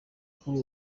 kuri